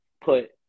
put